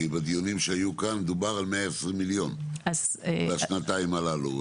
כי בדיונים שהיו כאן דובר על 120 מיליון בשנתיים הללו,